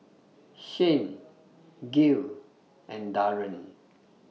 Shane Gayle and Daren